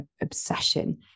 obsession